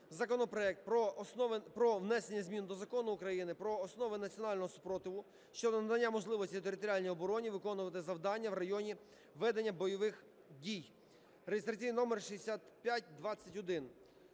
законопроект про внесення змін до Закону України "Про основи національного спротиву" щодо надання можливості територіальній обороні виконувати завдання в районах ведення бойових дій (реєстраційний номер 6521).